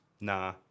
Nah